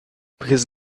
because